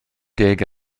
deg